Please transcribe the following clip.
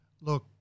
look